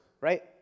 right